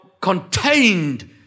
contained